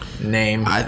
name